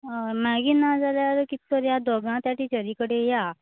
हय मागीर ना जाल्यार कित करया दोगां त्या टिचरी कडेन या